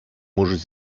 можуть